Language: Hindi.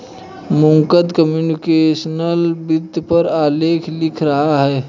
मुकुंद कम्प्यूटेशनल वित्त पर आलेख लिख रहा है